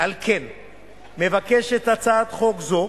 על כן מבקשת הצעת חוק זו